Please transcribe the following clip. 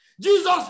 Jesus